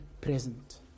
present